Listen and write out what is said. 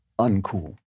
uncool